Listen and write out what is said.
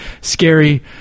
scary